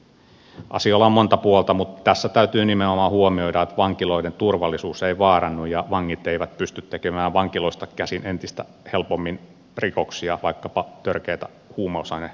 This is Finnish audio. asioilla on monta puolta mutta tässä täytyy nimenomaan huomioida että vankiloiden turvallisuus ei vaarannu ja vangit eivät pysty tekemään vankiloista käsin entistä helpommin rikoksia vaikkapa törkeitä huumausainerikoksia